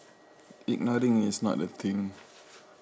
ignoring is not a thing